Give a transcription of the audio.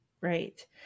Right